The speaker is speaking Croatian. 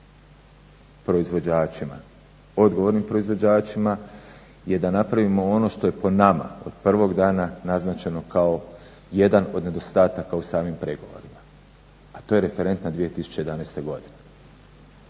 proizvođačima, odgovornim proizvođačima, je da napravimo ono što je po nama od prvog dana naznačeno kao jedan od nedostataka u samim pregovorima, a to je referentna 2011. godina.